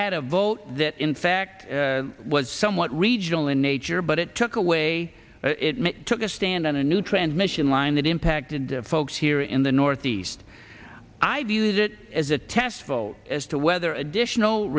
had a vote that in fact was somewhat regional in nature but it took away it took a stand on a new transmission line that impacted folks here in the northeast i viewed it as a test vote as to whether additional